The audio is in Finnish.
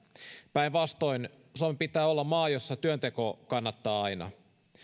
päinvastoin suomen pitää olla maa jossa työnteko kannattaa aina